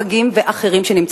פגים ואחרים.